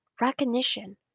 recognition